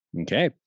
Okay